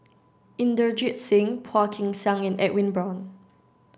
Inderjit Singh Phua Kin Siang and Edwin Brown